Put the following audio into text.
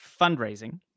fundraising